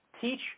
Teach